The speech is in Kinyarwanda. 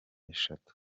eshatu